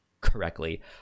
correctly